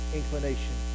inclination